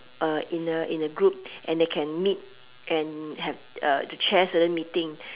uh in a in a group and they can meet and have uh to chair certain meeting